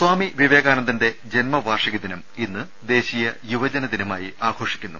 സ്വാമി വിവേകാനന്ദന്റെ ജന്മവാർഷികദിനം ഇന്ന് ദേശീയ യുവജനദിനമായി ആഘോഷിക്കുന്നു